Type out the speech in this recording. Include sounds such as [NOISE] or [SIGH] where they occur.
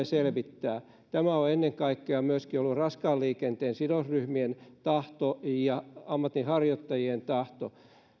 [UNINTELLIGIBLE] selvittää tämä on myöskin ollut ennen kaikkea raskaan liikenteen sidosryhmien tahto ja ammatinharjoittajien tahto